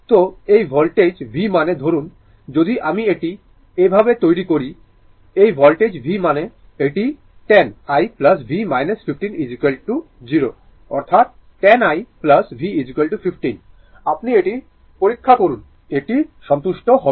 তো এই voltage v মানে ধরুন যদি আমি এটি এভাবে তৈরি করি এই ভোল্টেজ v মানে এটি 10 i v 15 0 অর্থাৎ10 i v 15 আপনি এটি পরীক্ষা করুন এটি সন্তুষ্ট হবে